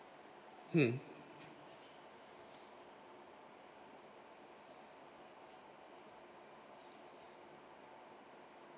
hmm